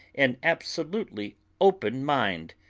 an absolutely open mind.